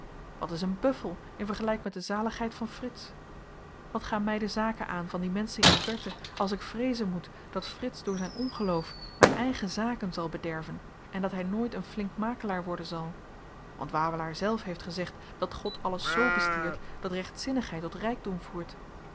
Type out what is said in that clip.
wat is een buffel in vergelyk met de zaligheid van frits wat gaan my de zaken aan van die menschen in de verte als ik vreezen moet dat frits door zyn ongeloof myn eigen zaken zal bederven en dat hy nooit een flink makelaar worden zal want wawelaar zelf heeft gezegd dat god alles z bestiert dat rechtzinnigheid tot rykdom voert